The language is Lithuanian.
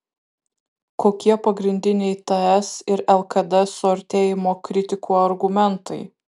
kokie pagrindiniai ts ir lkd suartėjimo kritikų argumentai